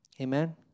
Amen